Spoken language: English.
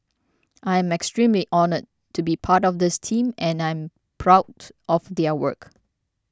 I'm extremely honoured to be part of this team and am proud of their work